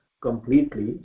completely